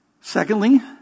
Secondly